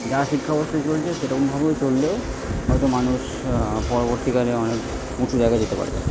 যা শিক্ষাব্যবস্থা চলছে সেরকমভাবেও চললেও হয়তো মানুষ পরবর্তীকালে অনেক উঁচু জায়গায় যেতে পারবে